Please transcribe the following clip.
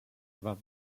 war